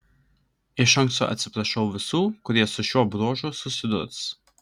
iš anksto atsiprašau visų kurie su šiuo bruožu susidurs